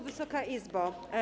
Wysoka Izbo!